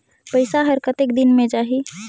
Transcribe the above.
पइसा हर कतेक दिन मे जाही?